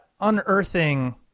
unearthing